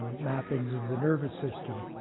mappings of the nervous system.